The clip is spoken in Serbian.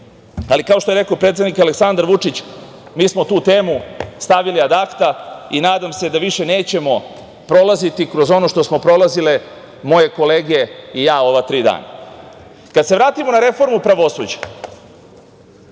Ali, kao što je rekao predsednik Aleksandar Vučić, mi smo tu temu stavili ad akta i nadam se da više nećemo prolaziti kroz ono što su prolazile moje kolege i ja u ova tri dana. Kada se vratimo na reformu pravosuđa,